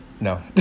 no